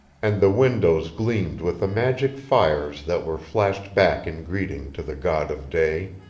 and the windows gleamed with the magic fires that were flashed back in greeting to the god of day.